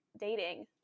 dating